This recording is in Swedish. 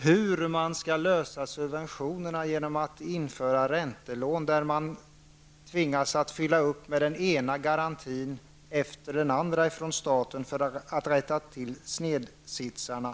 Hur skall man lösa problemet med subventionerna genom att införa räntelån där staten tvingas fylla upp med den ena garantin efter den andra för att rätta till snedvridningarna?